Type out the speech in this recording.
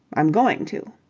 i'm going to.